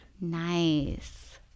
Nice